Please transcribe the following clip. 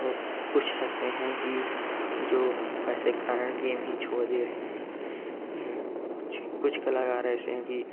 और कुछ ऐसे है की जो पैसे के कारण गेम ही छोड़ दे रहे है है कुछ कुछ कलाकार ऐसे है की